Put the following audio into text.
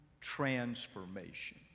transformation